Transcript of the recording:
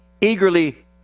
eagerly